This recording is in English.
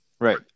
Right